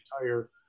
entire